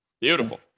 Beautiful